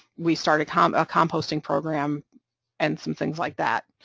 we started um a composting program and some things like that,